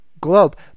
globe